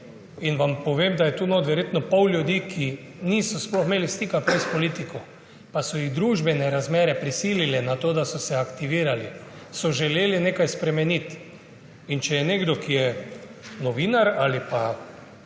Vam povem, da je tu notri verjetno polovica ljudi, ki sploh niso imeli stika s politiko, pa so jih družbene razmere prisilile v to, da so se aktivirali, so želeli nekaj spremeniti. Če je nekdo, ki je novinar ali pa športnik